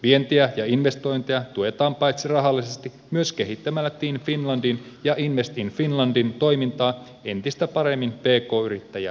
vientiä ja investointeja tuetaan paitsi rahallisesti myös kehittämällä team finlandin ja invest in finlandin toimintaa entistä paremmin pk yrittäjää palvelevaksi